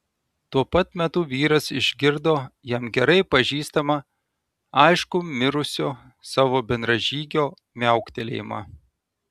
tuo pat metu vyras išgirdo jam gerai pažįstamą aiškų mirusio savo bendražygio miauktelėjimą